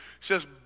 says